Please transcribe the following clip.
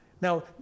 Now